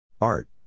Art